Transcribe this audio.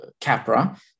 Capra